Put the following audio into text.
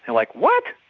and like, what?